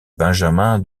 benjamin